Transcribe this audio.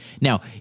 Now